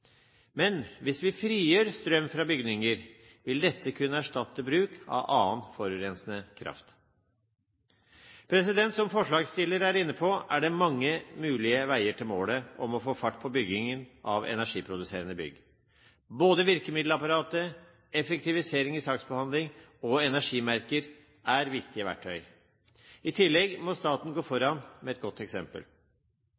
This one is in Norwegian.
Men hvis vi frigjør strøm fra bygninger, vil dette kunne erstatte bruk av annen forurensende kraft. Som forslagsstillerne er inne på, er det mange mulige veier til målet om å få fart på byggingen av energiproduserende bygg. Både virkemiddelapparat, effektivisering i saksbehandling og energimerker er viktige verktøy. I tillegg må staten gå